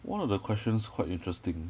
one of the questions quite interesting